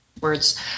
words